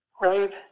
right